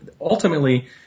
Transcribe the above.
ultimately